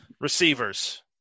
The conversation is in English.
receivers